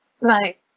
Right